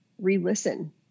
re-listen